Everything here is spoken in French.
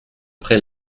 près